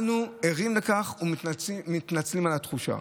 אנו ערים לכך ומתנצלים על התחושה.